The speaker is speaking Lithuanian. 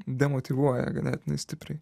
demotyvuoja ganėtinai stipriai